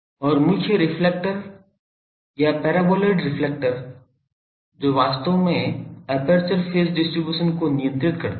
और मुख्य रेफ्लेक्टर् या पैराबोलॉइड रेफ्लेक्टर् जो वास्तव में एपर्चर फेज डिस्ट्रीब्यूशन को नियंत्रित करता है